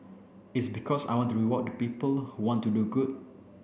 it's because I want to reward the people who want to do good